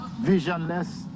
visionless